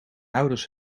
ouders